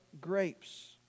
grapes